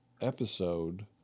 episode